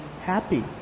happy